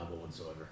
whatsoever